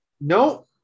No